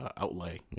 outlay